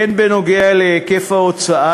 הן לגבי היקף ההוצאה